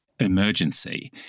emergency